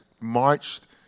marched